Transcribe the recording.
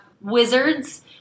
wizards